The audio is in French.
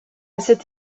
cette